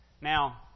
Now